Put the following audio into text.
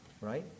Right